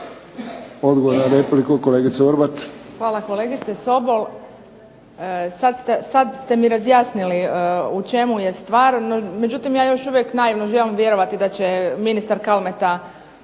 **Vrbat Grgić, Tanja (SDP)** Hvala. Kolegice Sobol, sad ste mi razjasnili u čemu je stvar. Međutim, ja još uvijek naivno želim vjerovati da će ministar Kalmeta